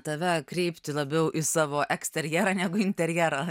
tave kreipti labiau į savo eksterjerą negu interjerą